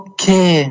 Okay